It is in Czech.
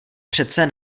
přece